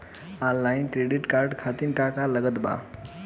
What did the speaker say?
Online credit card खातिर का का लागत बा?